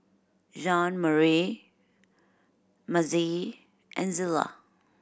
Jeanmarie Mazie and Zela